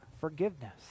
forgiveness